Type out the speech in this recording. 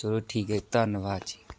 ਚਲੋ ਠੀਕ ਹੈ ਧੰਨਵਾਦ ਜੀ